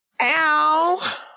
Ow